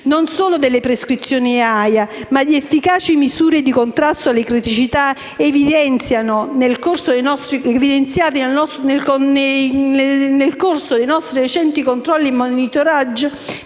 non solo delle prescrizioni AIA, ma di efficaci misure di contrasto alle criticità evidenziate nel corso dei recenti controlli e monitoraggi,